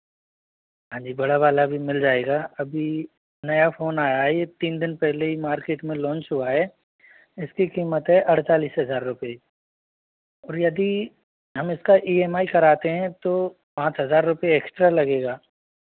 हाँ जी बड़ा वाला भी मिल जाएगा अभी नया फ़ोन आया है यह तीन दिन पहले ही मार्केट में लॉन्च हुआ है इसकी कीमत है अड़तालीस हज़ार रुपये